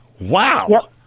Wow